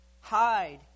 Hide